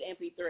MP3